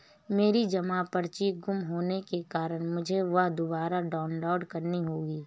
मेरी जमा पर्ची गुम होने के कारण मुझे वह दुबारा डाउनलोड करनी होगी